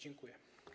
Dziękuję.